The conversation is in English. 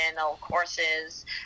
courses